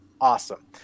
awesome